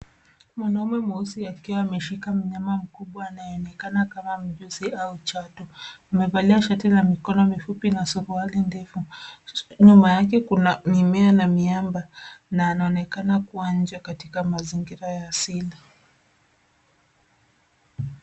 Mwanaume mweusi akiwa ameshika mnyama mkubwa anayeonekana kama mjusi au chatu. Amevalia shati la mikono mifupi na suruali ndefu. Nyuma yake kuna mimea na miamba na anaonekana kuwa nje katika mazingira ya asili.